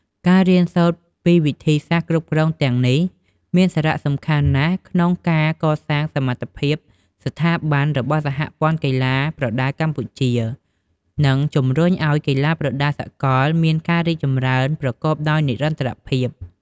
ការរៀនសូត្រពីវិធីសាស្ត្រគ្រប់គ្រងទាំងនេះមានសារៈសំខាន់ណាស់ក្នុងការកសាងសមត្ថភាពស្ថាប័នរបស់សហព័ន្ធកីឡាប្រដាល់កម្ពុជា និងជំរុញឲ្យកីឡាប្រដាល់សកលមានការរីកចម្រើនប្រកបដោយនិរន្តរភាព។